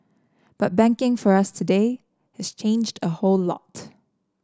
but banking for us today has changed a whole lot